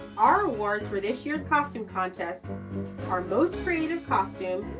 our awards for this year's costume contest are most creative costume,